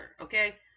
okay